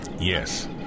Yes